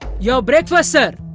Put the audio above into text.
your breakfast sir